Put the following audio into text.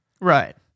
Right